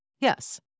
Yes